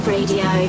Radio